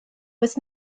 was